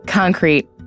Concrete